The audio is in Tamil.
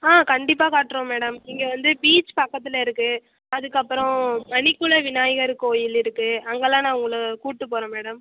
ஆ கண்டிப்பாக காட்டுறோம் மேடம் இங்கே வந்து பீச் பக்கத்தில் இருக்கு அதற்கப்பறம் மணிக்குள விநாயகர் கோயில் இருக்கு அங்கலாம் நான் உங்களை கூட்டு போகறேன் மேடம்